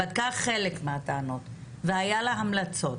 בדקה חלק מהטענות והיה לה המלצות,